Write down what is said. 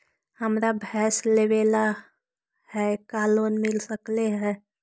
हमरा भैस लेबे ल है का लोन मिल सकले हे?